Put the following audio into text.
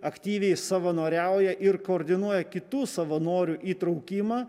aktyviai savanoriauja ir koordinuoja kitų savanorių įtraukimą